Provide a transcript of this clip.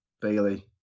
Bailey